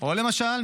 או למשל,